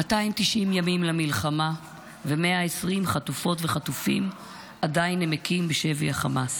290 ימים למלחמה ו-120 חטופות וחטופים עדיין נמקים בשבי החמאס.